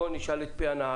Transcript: בואו נשמע את פי הנערה.